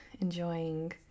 enjoying